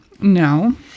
No